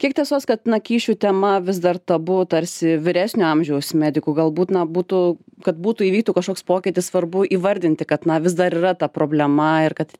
kiek tiesos kad na kyšių tema vis dar tabu tarsi vyresnio amžiaus medikų galbūt na būtų kad būtų įvyktų kažkoks pokytis svarbu įvardinti kad na vis dar yra ta problema ir kad